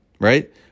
right